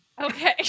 Okay